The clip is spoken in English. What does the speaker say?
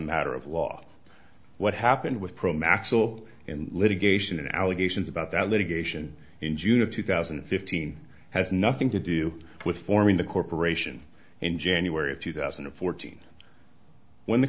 matter of law what happened with pro machel in litigation allegations about that litigation in june of two thousand and fifteen has nothing to do with forming the corporation in january of two thousand and fourteen when the